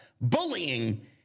bullying